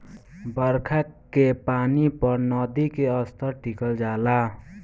बरखा के पानी पर नदी के स्तर टिकल होला